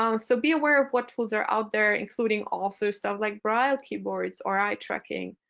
um so be aware of what tools are out there, including also stuff like braille keyboards or eye tracking.